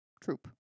Troop